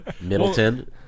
Middleton